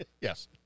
yes